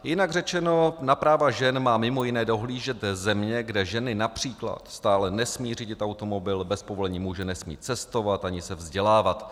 Jinak řečeno, na práva žen má mimo jiné dohlížet země, kde ženy například stále nesmí řídit automobil, bez povolení muže nesmí cestovat ani se vzdělávat.